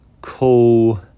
cool